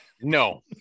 No